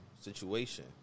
situation